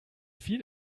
viel